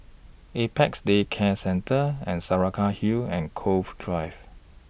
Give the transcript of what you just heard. Apex Day Care Centre and Saraca Hill and Cove Drive